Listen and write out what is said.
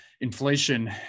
inflation